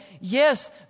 yes